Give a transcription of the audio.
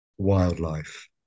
wildlife